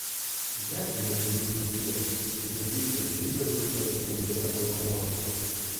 gedime dėl jų žūties bet ji šiam žygdarbiui tarsi uždeda aureolę